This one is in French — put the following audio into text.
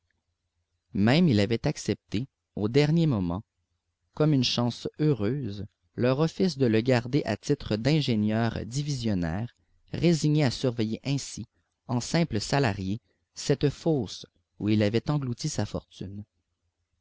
même il avait accepté au dernier moment comme une chance heureuse leur offre de le garder à titre d'ingénieur divisionnaire résigné à surveiller ainsi en simple salarié cette fosse où il avait englouti sa fortune